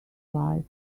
life